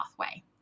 pathway